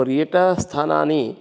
पर्यटनस्थानानि